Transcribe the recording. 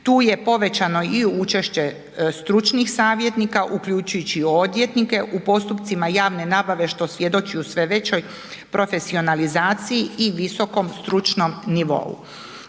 Tu je povećano i učešće stručnih savjetnika, uključujući odvjetnike u postupcima javne nabave što svjedoči u sve većoj profesionalizaciji i visokom stručnom nivou.